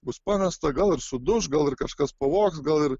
bus pamesta gal ir suduš gal ir kažkas pavogs gal ir